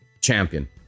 champion